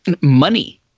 Money